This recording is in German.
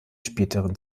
späteren